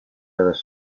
redes